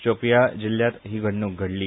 शोपियाँ जिल्ह्यान ही घडणूक घडली